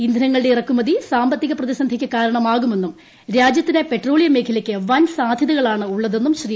ഇന്ധനങ്ങളുടെ ഇറക്കുമതി സാമ്പത്തിക പ്രതിസന്ധിക്ക് കാരണമാകുമെന്നും രാജ്യത്തിന് പെട്രോളിയം മേഖലയ്ക്ക് വൻ സാധ്യതകളാണ് ഉള്ളതെന്നും ശ്രീ